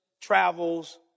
travels